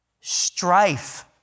strife